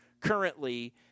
currently